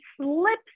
slips